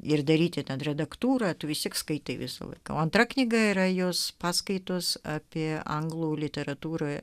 ir daryti ten redaktūrą tu vistiek skaitai visą laiką o antra knyga yra jos paskaitos apie anglų literatūrą